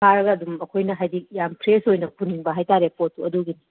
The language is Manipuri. ꯐꯥꯔꯒ ꯑꯗꯨꯝ ꯑꯩꯈꯣꯏꯅ ꯍꯥꯏꯗꯤ ꯌꯥꯝ ꯐ꯭ꯔꯦꯁ ꯑꯣꯏꯅ ꯄꯨꯅꯤꯡꯕ ꯍꯥꯏ ꯇꯥꯔꯦ ꯄꯣꯠꯇꯨ ꯑꯗꯨꯒꯤꯅꯤ